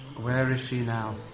where is she now?